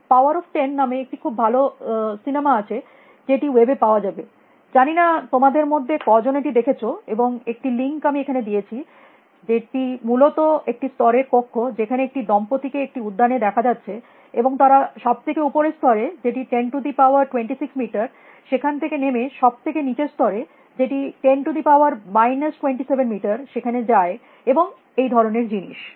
'power of ten' 'Powers of Ten' নামে একটি খুব ভালো সিনেমা আছে যেটি ওয়েব এ পাওয়া যাবে জানি না তোমাদের মধ্যে কজন এটি দেখেছ এবং একটি লিংক আমি এখানে দিয়েছি যেটা মূলত একটি স্তরের কক্ষ যেখানে একটি দম্পতিকে একটি উদ্যানে দেখা যাচ্ছে এবং তারা সব থেকে উপরের স্তরে যেটি 1026 মিটার সেখান থেকে নেমে সব থেকে নিচের স্তরে যেটি 10 27 মিটার সেখানে যায় এবং এই ধরনের জিনিস